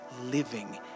living